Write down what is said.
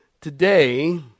Today